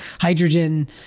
hydrogen